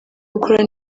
gukora